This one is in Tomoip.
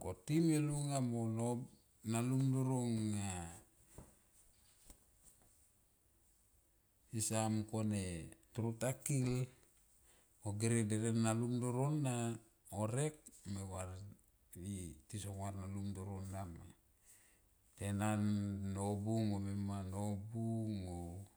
ko tiem lunga mo nalum doro nga sesa mung kone toro ta kil mo gere nalum doro na horek me varie tison var nalum doro na ma. Tenoi nobung mo mimanobung o.